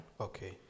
Okay